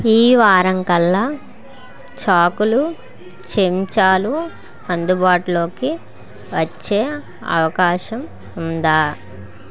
ఈ వారం కల్లా చాకులు చెంచాలు అందుబాటులోకి వచ్చే అవకాశం ఉందా